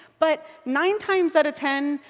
but nine times out of ten,